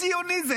איזה ציוני זה,